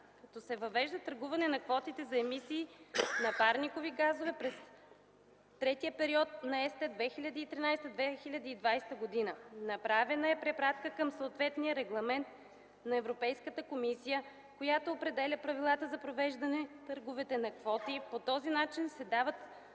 като се въвежда търгуване на квотите за емисии на парникови газове през третия период на ЕСТЕ 2013- 2020 г. Направена е и препратка към съответния регламент на Европейската комисия, който определя правилата за провеждане търговете на квоти. По този начин се дават